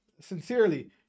sincerely